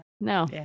no